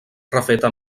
refeta